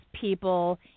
people